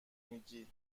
میگی